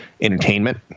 entertainment